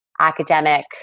academic